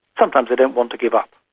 sometimes they don't want to give up,